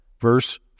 verse